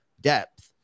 depth